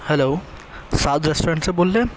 hello Saad restaurant سے بول رہے ہیں